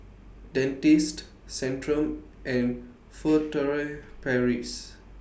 Dentiste Centrum and Furtere Paris